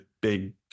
big